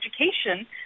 education